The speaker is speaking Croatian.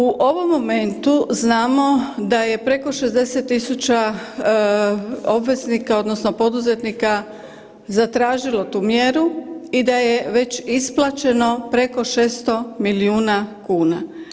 U ovom momentu znamo da je preko 60.000 obveznika odnosno poduzetnika zatražilo tu mjeru i da je već isplaćeno preko 600 milijuna kuna.